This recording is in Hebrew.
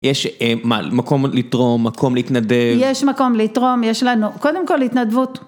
יש מקום לתרום, מקום להתנדב... יש מקום לתרום, יש לנו קודם כל התנדבות